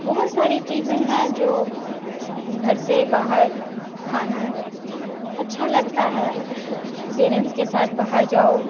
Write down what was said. बहुत सारी चीजें हैं जो घर से बाहर खाना अच्छा लगता है पेरेंट्स के साथ बाहर जाओ